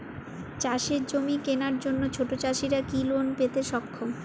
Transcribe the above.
চাষের জমি কেনার জন্য ছোট চাষীরা কি লোন পেতে সক্ষম?